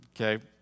Okay